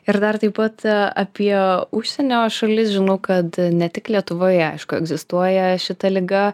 ir dar taip pat apie užsienio šalis žinau kad ne tik lietuvoje aišku egzistuoja šita liga